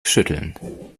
schütteln